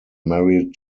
married